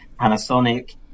Panasonic